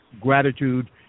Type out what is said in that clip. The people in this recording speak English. gratitude